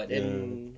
ya